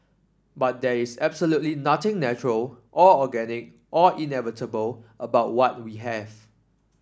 but there is absolutely nothing natural or organic or inevitable about what we have